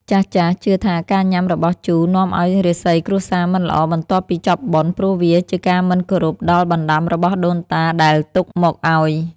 ចាស់ៗជឿថាការញ៉ាំរបស់ជូរនាំឱ្យរាសីគ្រួសារមិនល្អបន្ទាប់ពីចប់បុណ្យ ព្រោះវាជាការមិនគោរពដល់បណ្តាំរបស់ដូនតាដែលទុកមកឱ្យ។